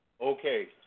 Okay